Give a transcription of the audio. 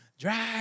drive